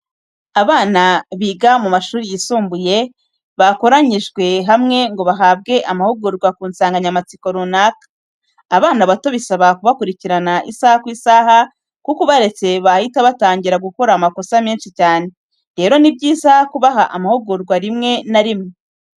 Abana biga mu mashuri yisumbuye bakoranyijwe hamwe ngo bahabwe amahugurwa ku nsanganyamatsiko runaka. Abana bato bisaba kubakurikirana isaha ku isaha kuko ubaretse bahita batangira gukora amakosa menshi cyane, rero ni byiza kubaha amahugurwa rimwe na rimwe.